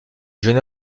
jeune